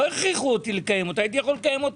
לא הכריחו אותי לקיים את הדיון.